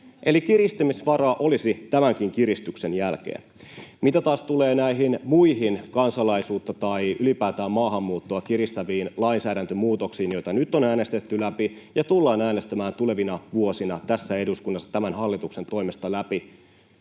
eli kiristämisvaraa olisi tämänkin kiristyksen jälkeen. Mitä taas tulee näihin muihin kansalaisuutta tai ylipäätään maahanmuuttoa kiristäviin lainsäädäntömuutoksiin, joita nyt on äänestetty läpi ja tullaan äänestämään tulevina vuosina tässä eduskunnassa tämän hallituksen toimesta läpi,